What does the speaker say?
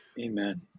Amen